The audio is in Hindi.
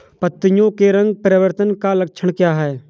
पत्तियों के रंग परिवर्तन का लक्षण क्या है?